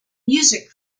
music